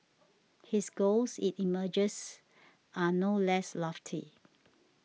his goals it emerges are no less lofty